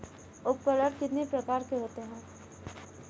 उपकरण कितने प्रकार के होते हैं?